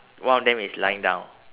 one of them is lying down